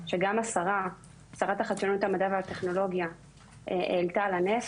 שגם שרת החדשנות המידע והטכנולוגיה העלתה על נס,